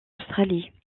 australie